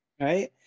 Right